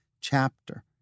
chapter